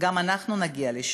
גם אנחנו נגיע לשם,